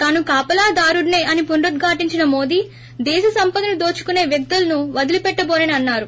తాను కాపలాదారుడినే అని పునరుద్ఘాటించిన మోదీ దేశ సంపదను దోచుకునే వ్యక్తులను వదిలిపెట్టబోనని అన్నారు